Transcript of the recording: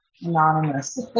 anonymous